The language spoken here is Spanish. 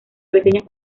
reseñas